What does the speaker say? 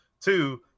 Two